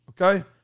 Okay